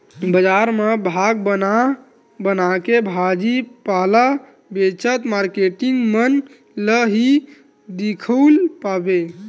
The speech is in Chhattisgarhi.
बजार म भाग बना बनाके भाजी पाला बेचत मारकेटिंग मन ल ही दिखउल पाबे